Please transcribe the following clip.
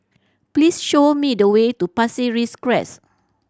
please show me the way to Pasir Ris Crest